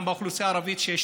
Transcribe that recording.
גם באוכלוסייה הערבית,